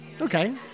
Okay